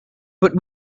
but